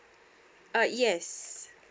uh yes